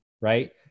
right